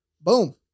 Boom